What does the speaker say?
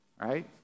right